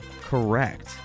Correct